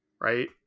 right